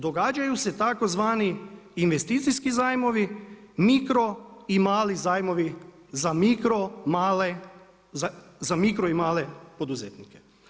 Događaju se tzv. investicijski zajmovi, mikro i mali zajmovi za mikro, male, za mikro i male poduzetnike.